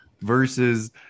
versus